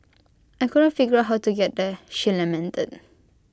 I couldn't figure out how to get there she lamented